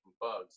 bugs